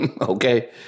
Okay